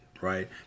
right